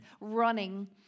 running